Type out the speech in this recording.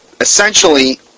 essentially